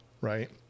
right